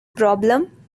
problem